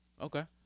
Okay